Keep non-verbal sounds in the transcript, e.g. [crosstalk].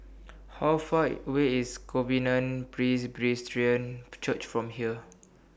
How Far away IS Covenant [unintelligible] Church from here